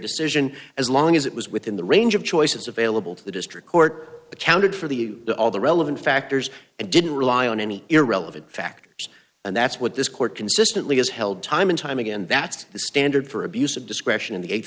decision as long as it was within the range of choices available to the district court accounted for the to all the relevant factors and didn't rely on any irrelevant factors and that's what this court consistently has held time and time again that's the standard for abuse of discretion in the